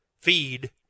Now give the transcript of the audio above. feed